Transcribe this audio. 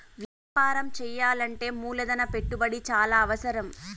వ్యాపారం చేయాలంటే మూలధన పెట్టుబడి చాలా అవసరం